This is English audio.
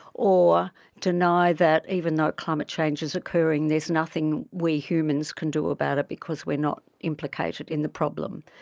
or deny that even though climate change is occurring there's nothing we humans can do about it because we are not implicated in the problem.